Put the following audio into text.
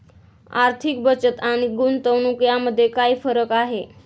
आर्थिक बचत आणि गुंतवणूक यामध्ये काय फरक आहे?